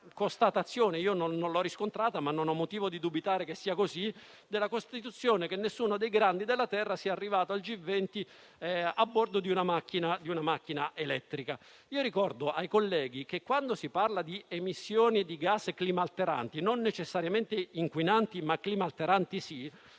della constatazione - non l'ho riscontrata ma non ho motivo di dubitare che sia così - che nessuno dei grandi della terra sia arrivato al G20 a bordo di una macchina elettrica. Ricordo ai colleghi che, quando si parla di emissione di gas climalteranti (non necessariamente inquinanti), la produzione di un